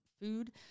food